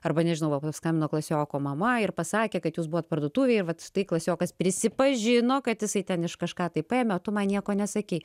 arba nežinau va paskambino klasioko mama ir pasakė kad jūs buvot parduotuvėj ir vat stai klasiokas prisipažino kad jisai ten iš kažką tai paėmė o tu man nieko nesakei